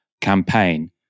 campaign